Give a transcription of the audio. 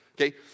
Okay